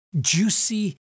juicy